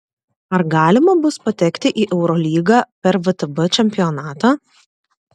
ar galima bus patekti į eurolygą per vtb čempionatą